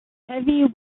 heavy